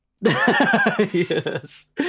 yes